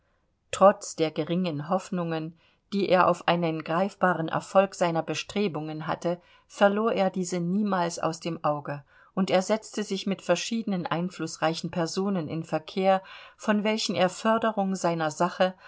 trotz der geringen hoffnungen die er auf einen greifbaren erfolg seiner bestrebungen hatte verlor er diese niemals aus dem auge und er setzte sich mit verschiedenen einflußreichen personen in verkehr von welchen er förderung seiner sache